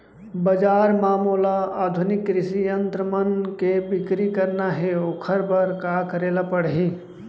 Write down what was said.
बजार म मोला आधुनिक कृषि यंत्र मन के बिक्री करना हे ओखर बर का करे ल पड़ही?